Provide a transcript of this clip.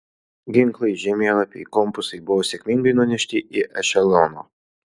ginklai žemėlapiai kompasai buvo sėkmingai nunešti į ešeloną